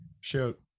Shoot